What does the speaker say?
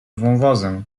wąwozem